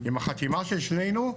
עם החתימה של שנינו,